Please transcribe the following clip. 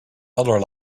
other